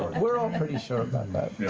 we're all pretty sure about that. yeah